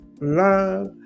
love